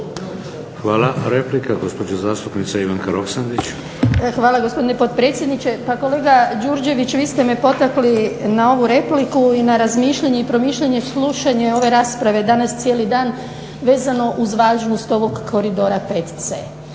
Hvala. Replika gospođa zastupnica Ivanka Roksandić. **Roksandić, Ivanka (HDZ)** Hvala gospodine potpredsjedniče. Pa kolega Đurđević vi ste me potakli na ovu repliku i na razmišljanje promišljanje, slušanje ove rasprave danas cijeli dan vezano uz važnost ovog Koridora 5C.